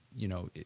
you know,